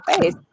face